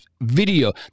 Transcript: video